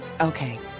Okay